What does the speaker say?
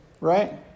Right